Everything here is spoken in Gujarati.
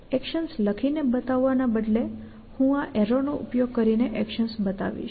એક્શન્સ લખીને બતાવવાના બદલે હું આ એર્રો નો ઉપયોગ કરીને એક્શન્સ બતાવીશ